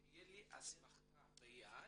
שתהיה לי אסמכתה ביד.